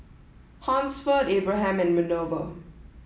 Hansford Abraham and Minerva